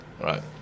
right